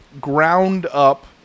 ground-up